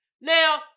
Now